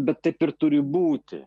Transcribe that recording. bet taip ir turi būti